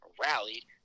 rallied